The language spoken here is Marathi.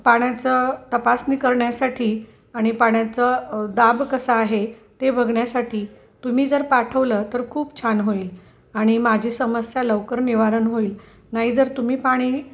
पाण्याचं तपासणी करण्यासाठी आणि पाण्याचा दाब कसा आहे ते बघण्यासाठी तुम्ही जर पाठवलं तर खूप छान होईल आणि माझी समस्या लवकर निवारण होईल नाही जर तुम्ही पाणी